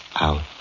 out